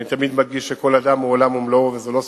אני תמיד מדגיש שכל אדם הוא עולם ומלואו וזו לא סטטיסטיקה,